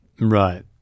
Right